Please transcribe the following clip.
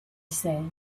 said